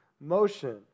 motion